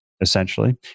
essentially